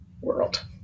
world